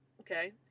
Okay